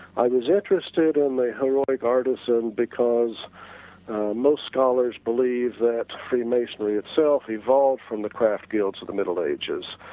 i was interested in the heroic artisan because most scholars believe that free masonry itself evolved from the craft skills at the middle ages.